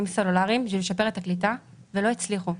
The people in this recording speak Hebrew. סלולריים בשביל לשפר את הקליטה ולא הצליחו.